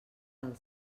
del